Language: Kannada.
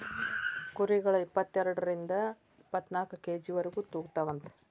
ಕುರಿಗಳ ಇಪ್ಪತೆರಡರಿಂದ ಇಪ್ಪತ್ತನಾಕ ಕೆ.ಜಿ ವರೆಗು ತೂಗತಾವಂತ